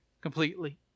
completely